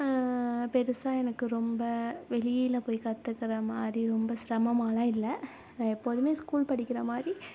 பெருசாக எனக்கு ரொம்ப வெளியில் போய் கற்றுக்குற மாதிரி ரொம்ப சிரமமாகலாம் இல்லை நான் எப்போதுமே ஸ்கூல் படிக்கிற மாதிரி